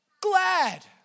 glad